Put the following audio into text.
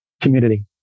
community